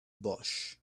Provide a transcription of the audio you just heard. bush